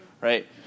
right